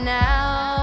now